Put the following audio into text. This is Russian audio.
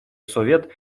совет